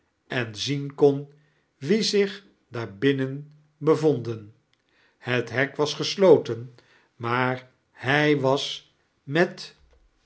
en zien kon wie zich diiar binnen bevondon het hek was gesloten maar hij was met